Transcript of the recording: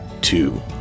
two